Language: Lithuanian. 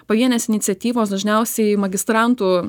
pavienės iniciatyvos dažniausiai magistrantų